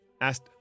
asked